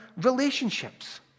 relationships